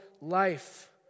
life